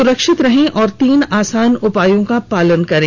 सुरक्षित रहें और तीन आसान उपायों का पालन करें